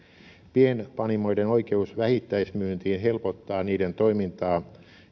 pienpanimoiden oikeus vähittäismyyntiin helpottaa niiden toimintaa